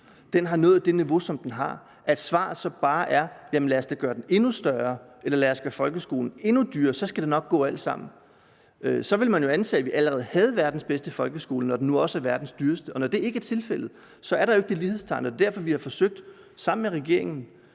den har, så er det ikke svaret bare at sige: Jamen lad os da gøre den endnu større, eller lad os lave folkeskolen endnu dyrere, så skal det nok gå alt sammen. Så ville man jo antage, at vi allerede havde verdens bedste folkeskole, når den nu også er verdens dyreste, og når det ikke er tilfældet, kan man jo ikke sætte det lighedstegn, og det er derfor, vi har forsøgt sammen med regeringen